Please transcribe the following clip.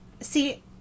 See